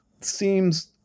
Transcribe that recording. seems